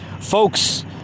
folks